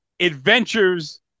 Adventures